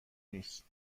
نیست